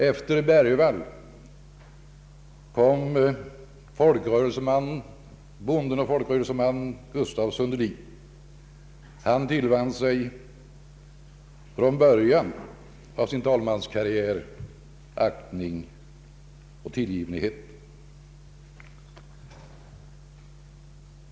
Efter Bergvall kom bonden och folkrörelsemannen Gustaf Sundelin. Han tillvann sig från början av talmanskarriären tillgivenhet och aktning.